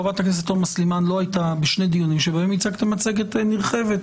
חה"כ תומא סלימאן לא הייתה בשני דיונים שבהם הצגת מצגת נרחבת,